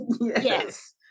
yes